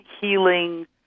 healing